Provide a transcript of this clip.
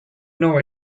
know